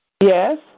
Yes